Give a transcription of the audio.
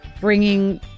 bringing